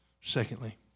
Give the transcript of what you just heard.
Secondly